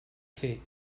fer